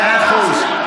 מאה אחוז.